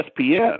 ESPN